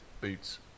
boots